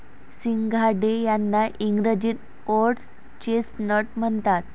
सिंघाडे यांना इंग्रजीत व्होटर्स चेस्टनट म्हणतात